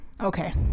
Okay